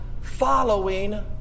following